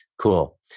Cool